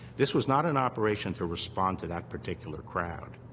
this was not an operation to respond to that particular crowd.